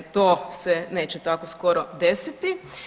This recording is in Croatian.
To se neće tako skoro desiti.